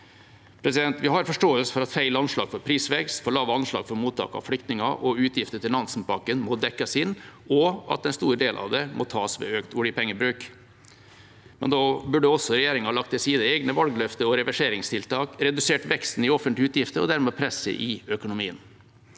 Vi har forståelse for at feil anslag på prisvekst, for lave anslag for mottak av flyktninger og utgifter til Nansen-pakken må dekkes inn, og at en stor del av det må tas med økt oljepengebruk. Men da burde også regjeringa lagt til side egne valgløfter og reverseringstiltak, redusert veksten i offentlige utgifter og dermed presset i økonomien.